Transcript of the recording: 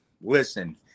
Listen